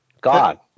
god